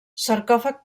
sarcòfag